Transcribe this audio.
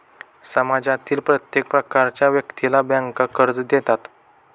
समाजातील प्रत्येक प्रकारच्या व्यक्तीला बँका कर्ज देतात